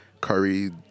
curry